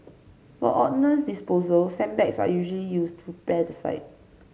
for ordnance disposal sandbags are usually used to prepare the site